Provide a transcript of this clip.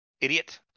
Idiot